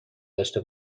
داشته